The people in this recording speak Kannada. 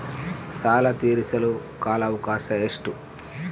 ಸಾಲ ತೇರಿಸಲು ಕಾಲ ಅವಕಾಶ ಎಷ್ಟು?